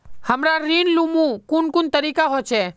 हमरा ऋण लुमू कुन कुन तरीका होचे?